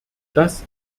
das